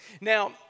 Now